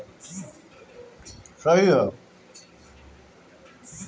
बिना दूध के कवनो मिठाई निक ना बन सकत हअ